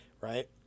right